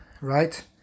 right